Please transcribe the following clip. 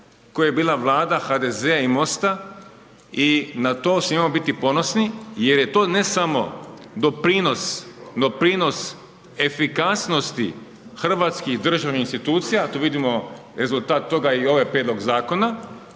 koja je bila Vlada HDZ-a i Mosta i na to smijemo biti ponosni, jer je to ne samo doprinos efikasnosti hrvatskih državnih insinuacija, a tu vidimo i rezultat toga i ovaj prijedlog zakona.